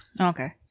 Okay